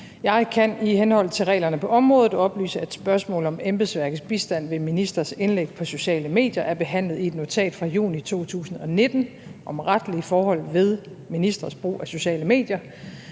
Jeg kan i henhold til reglerne på området oplyse, at spørgsmål om embedsværkets bistand ved en ministers indlæg på sociale medier er behandlet i et notat fra juni 2019 om retlige forhold ved ministres brug af sociale medier.